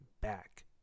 back